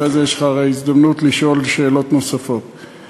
יש לך הרי הזדמנות לשאול שאלות נוספות אחרי זה.